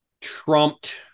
trumped